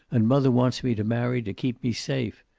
and mother wants me to marry to keep me safe!